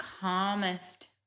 calmest